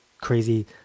crazy